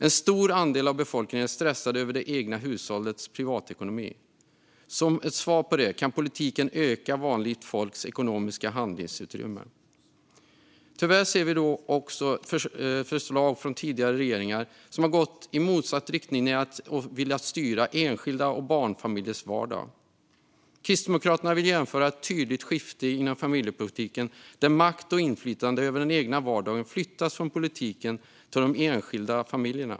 En stor andel av befolkningen är stressad över det egna hushållets privatekonomi. Som ett svar på det kan politiken öka vanligt folks ekonomiska handlingsutrymme. Tyvärr har vi sett hur förslag från tidigare regeringar gått i motsatt riktning. Man har velat styra mer i enskildas och barnfamiljers vardag. Kristdemokraterna vill genomföra ett tydligt skifte inom familjepolitiken, där makt och inflytande över den egna vardagen flyttas från politiken till de enskilda familjerna.